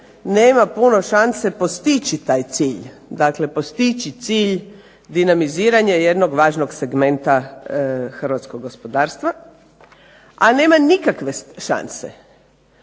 nema puno šanse postići taj cilj, dakle postići cilj dinamiziranja jednog važnog segmenta hrvatskog gospodarstva a nema nikakve šanse